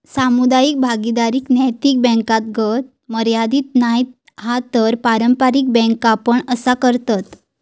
सामुदायिक भागीदारी नैतिक बॅन्कातागत मर्यादीत नाय हा तर पारंपारिक बॅन्का पण असा करतत